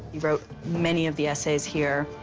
he wrote many of the essays here.